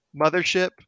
mothership